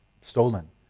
stolen